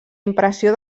impressió